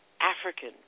African